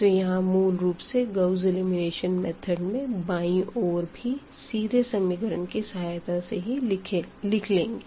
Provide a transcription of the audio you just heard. तो यहां मूल रूप से गाउस एलिमिनेशन मेथड में बायीं ओर भी सीधे इक्वेशन की सहायता से ही लिख लेंगे